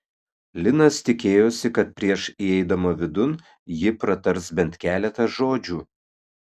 linas tikėjosi kad prieš įeidama vidun ji pratars bent keletą žodžių